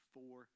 Four